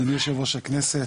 אדוני יושב-ראש הכנסת,